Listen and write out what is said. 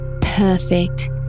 perfect